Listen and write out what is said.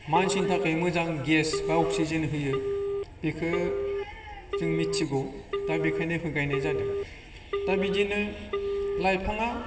मानसिनि थाखाय मोजां गेस बा अक्सिजेन होयो बेखौ जों मिथिगौ दा बेखायनो बेखौ गायनाय जादों दा बिदिनो लाइफाङा